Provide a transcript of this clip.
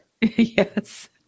Yes